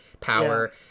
power